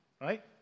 right